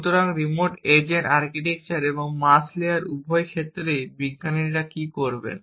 সুতরাং remote agent architecture এবং Mars rover উভয় ক্ষেত্রেই বিজ্ঞানীরা কী করবেন